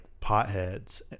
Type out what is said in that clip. potheads